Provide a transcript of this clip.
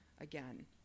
again